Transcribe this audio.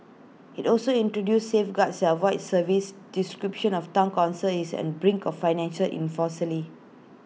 IT also introduces safeguards self avoid service description of Town Council is an brink of financial